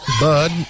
Bud